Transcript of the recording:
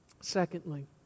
Secondly